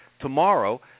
tomorrow